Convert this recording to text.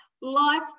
Life